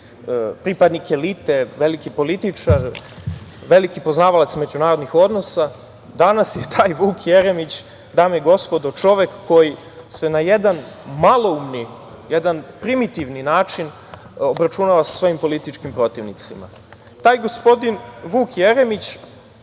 pripadnik elite, veliki političar, veliki poznavalac međunarodnih odnosa, danas je taj Vuk Jeremić, dame i gospodo, čovek koji se na jedan maloumni, primitivni način obračunava sa svojim političkim protivnicima. Taj gospodin Vuk Jeremić,